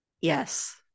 Yes